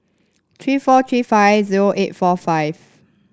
three four three five zero eight four five